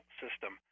system